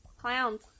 Clowns